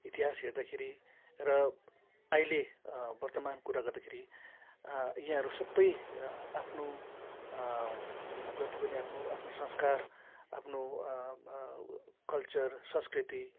इतिहास हेर्दाखेरि र अहिले वर्तमान कुरा गर्दाखेरि यहाँहरू सबै आफ्नो जति पनि आफ्नो आफ्नो संस्कार आफ्नो कल्चर संस्कृति